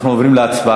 אנחנו עוברים להצבעה.